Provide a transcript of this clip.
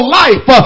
life